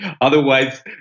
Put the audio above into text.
otherwise